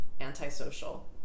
antisocial